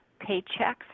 paychecks